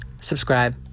subscribe